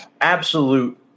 Absolute